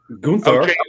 Gunther